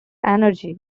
energy